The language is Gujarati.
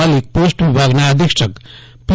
મલીક પોસ્ટ વિભાગના અધિક્ષક બી